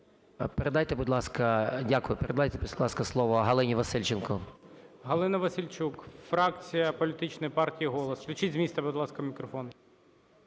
Передайте, будь ласка… Дякую. Передайте, будь ласка, слово Галині Васильченко. ГОЛОВУЮЧИЙ. Галина Васильченко, фракція політичної партії "Голос". Включіть з місця, будь ласка, мікрофон.